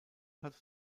hat